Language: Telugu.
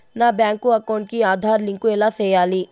నా బ్యాంకు అకౌంట్ కి ఆధార్ లింకు ఎలా సేయాలి